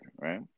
right